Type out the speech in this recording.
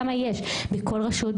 כמה יש בכל רשות,